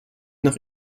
nach